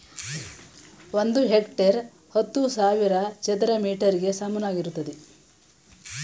ಒಂದು ಹೆಕ್ಟೇರ್ ಹತ್ತು ಸಾವಿರ ಚದರ ಮೀಟರ್ ಗೆ ಸಮಾನವಾಗಿರುತ್ತದೆ